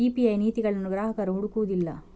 PPI ನೀತಿಗಳನ್ನು ಗ್ರಾಹಕರು ಹುಡುಕುವುದಿಲ್ಲ